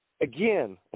again